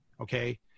okay